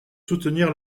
soutenir